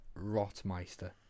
rotmeister